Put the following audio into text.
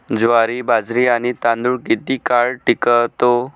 ज्वारी, बाजरी आणि तांदूळ किती काळ टिकतो?